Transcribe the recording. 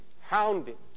hounded